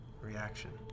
reaction